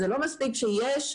זה לא מספיק שיש.